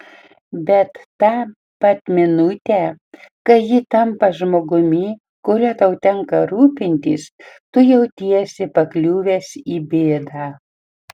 bet tą pat minutę kai ji tampa žmogumi kuriuo tau tenka rūpintis tu jautiesi pakliuvęs į bėdą